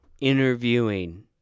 Interviewing